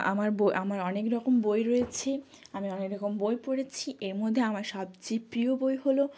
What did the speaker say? আমার বই আমার অনেক রকম বই রয়েছে আমি অনেক রকম বই পড়েছি এর মধ্যে আমার সবচেয়ে প্রিয় বই হলো